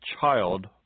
child